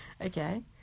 Okay